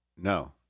No